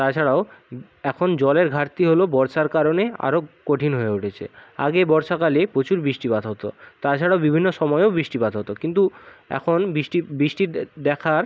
তাছাড়াও এখন জলের ঘাটতি হল বর্ষার কারণে আরো কঠিন হয়ে উঠেছে আগে বর্ষাকালে প্রচুর বৃষ্টিপাত হতো তাছাড়া বিভিন্ন সময়েও বৃষ্টিপাত হতো কিন্তু এখন বৃষ্টি বৃষ্টি দেখার